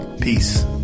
peace